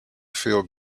feel